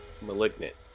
Malignant